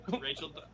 Rachel